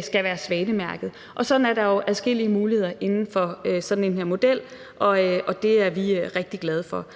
skal være svanemærkede. Og sådan er der jo adskillige muligheder inden for sådan en model her, og det er vi rigtig glade for.